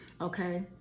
okay